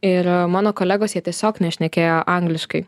ir mano kolegos jie tiesiog nešnekėjo angliškai